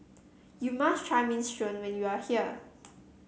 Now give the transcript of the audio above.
you must try Minestrone when you are here